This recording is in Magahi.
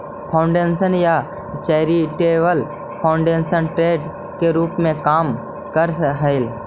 फाउंडेशन या चैरिटेबल फाउंडेशन ट्रस्ट के रूप में काम करऽ हई